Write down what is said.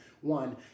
One